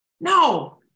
No